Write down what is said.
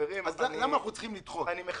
אז למה אנחנו צריכים לדחות?